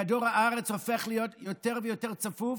כדור הארץ הופך להיות יותר ויותר צפוף,